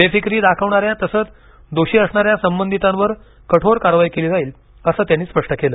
बेफिकिरी दाखवणाऱ्या तसेच दोषी असणाऱ्या संबंधितांवर कठोर कारवाई केली जाईल असं त्यांनी स्पष्ट केले